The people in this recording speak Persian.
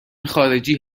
خارجی